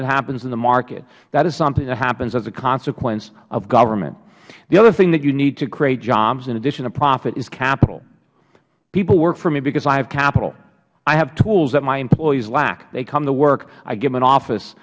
that happens in the market that is something that happens as a consequence of government the other thing you need to create jobs in addition to profit is capital people work for me because i have capital i have tools that my employees lack they come to work i give them an office